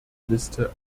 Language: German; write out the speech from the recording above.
liste